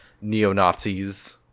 Neo-Nazis